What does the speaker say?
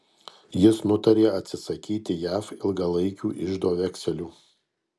jis nutarė atsisakyti jav ilgalaikių iždo vekselių